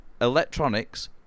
electronics